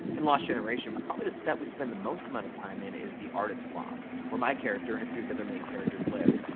in lost generation, probably the set we spend the most amount of time in is the artist's loft, where my character and a few of the other main characters live.